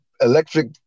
electric